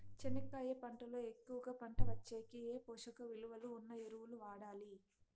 చెనక్కాయ పంట లో ఎక్కువగా పంట వచ్చేకి ఏ పోషక విలువలు ఉన్న ఎరువులు వాడాలి?